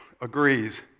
agrees